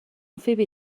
فیبی